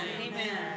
Amen